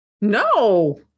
No